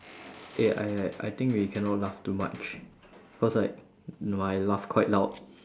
eh I I I think we cannot laugh too much cause like m~ my laugh quite loud